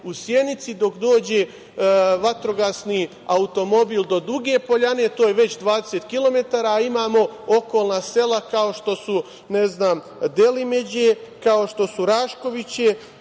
u Sjenici dok dođe vatrogasni automobil do Duge poljane, to je već 20 kilometara, a imamo okolna sela kao što su, ne znam, Delimđje, kao što su Raškovići,